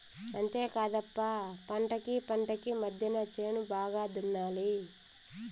అంతేకాదప్ప పంటకీ పంటకీ మద్దెన చేను బాగా దున్నాలి